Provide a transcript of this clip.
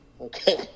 okay